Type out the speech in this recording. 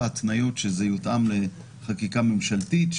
בהתניה שהן יותאמו לחקיקה הממשלתית,